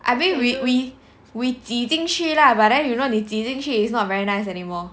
I believe we we we 挤进去 lah but then you know 挤进去 is not very nice anymore